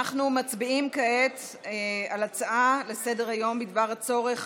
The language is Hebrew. אנחנו מצביעים כעת על הצעה לסדר-יום בדבר הצורך